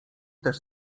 też